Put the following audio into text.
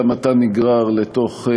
גם אתה נגרר לתוך,